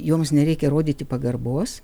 joms nereikia rodyti pagarbos